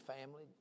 family